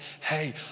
hey